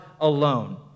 alone